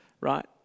right